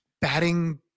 batting